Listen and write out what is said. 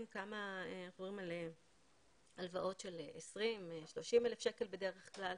אנחנו מדברים על הלוואות של 20,000 30,000 שקל בדרך כלל.